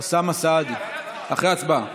אוסאמה סעדי, אחרי ההצבעה.